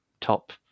top